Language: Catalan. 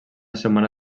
setmana